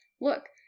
look